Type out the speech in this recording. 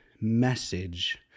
message